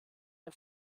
der